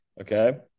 Okay